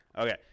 Okay